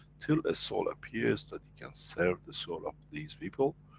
till a soul appears that it can serve the soul of these people,